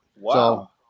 Wow